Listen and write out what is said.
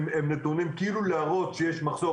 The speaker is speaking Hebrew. הם נתונים כאילו להראות שיש מחסור.